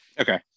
Okay